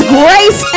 grace